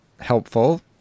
helpful